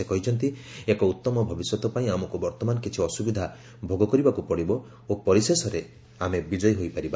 ସେ କହିଛନ୍ତି ଏକ ଉତ୍ତମ ଭବିଷ୍ୟତ ପାଇଁ ଆମକୁ ବର୍ଭମାନ କିଛି ଅସୁବିଧା ଭୋଗ କରିବାକୁ ପଡ଼ିବ ଓ ପରିଶେଷରେ ଆମେ ବିଜୟୀ ହୋଇପାରିବା